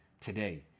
today